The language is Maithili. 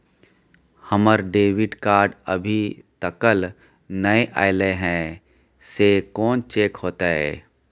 हमर डेबिट कार्ड अभी तकल नय अयले हैं, से कोन चेक होतै?